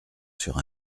sur